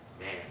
man